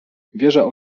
wieża